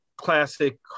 classic